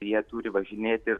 jie turi važinėti